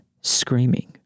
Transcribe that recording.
screaming